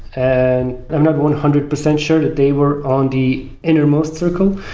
and i'm not one hundred percent sure that they were on the inner-most circle.